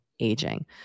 aging